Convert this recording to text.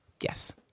Yes